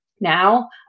Now